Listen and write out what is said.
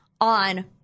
on